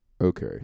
okay